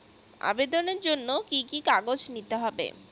আবেদনের জন্য কি কি কাগজ নিতে হবে?